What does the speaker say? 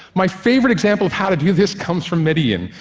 my favorite example of how to do this comes from medellin.